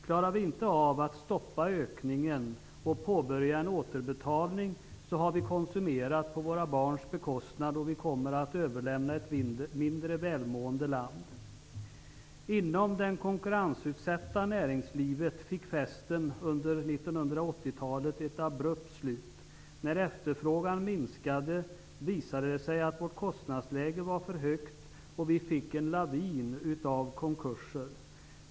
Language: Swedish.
Klarar vi inte av att stoppa ökningen och påbörja en återbetalning så har vi konsumerat på våra barns bekostnad och kommer att överlämna ett mindre välmående land. Inom det konkurrensutsatta näringslivet fick festen under 1980-talet ett abrupt slut. När efterfrågan minskade visade det sig att vårt kostnadsläge var för högt, och vi fick en lavin av konkurser.